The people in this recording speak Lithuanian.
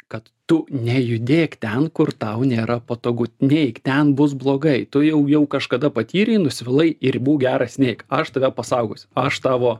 kad tu nejudėk ten kur tau nėra patogu neik ten bus blogai tu jau kažkada patyrei nusvilai ir būk geras neik aš tave pasaugosiu aš tavo